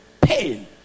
pain